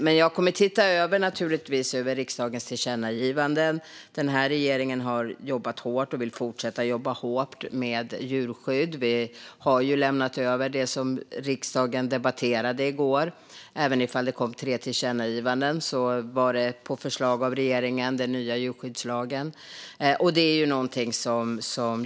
Men jag kommer naturligtvis att titta över riksdagens tillkännagivanden. Regeringen har jobbat hårt och vill fortsätta att jobba hårt med djurskydd. Vi har lämnat över det som riksdagen debatterade i går. Även om det kom tre tillkännagivanden kommer den nya djurskyddslagen på förslag av regeringen.